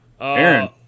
Aaron